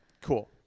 Cool